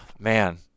Man